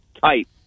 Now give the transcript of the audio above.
tight